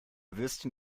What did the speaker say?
würstchen